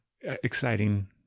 exciting